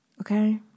okay